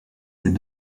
ses